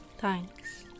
Thanks